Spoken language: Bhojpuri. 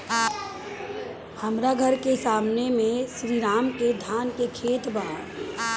हमर घर के सामने में श्री राम के धान के खेत बा